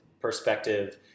perspective